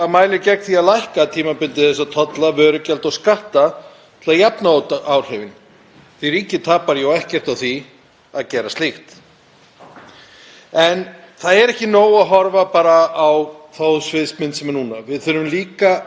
En það er ekki nóg að horfa bara á þá sviðsmynd sem er núna. Við þurfum líka að hugsa um hvað gerist ef ástandið verður alvarlegra, ef stríð brýst út í Evrópu,